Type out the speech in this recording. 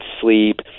sleep